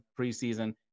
preseason